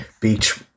Beach